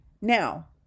Now